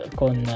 con